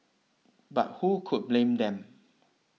but who could blame them